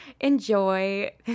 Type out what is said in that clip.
enjoy